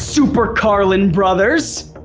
super carlin brothers?